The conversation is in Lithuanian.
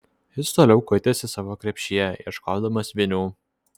jis toliau kuitėsi savo krepšyje ieškodamas vinių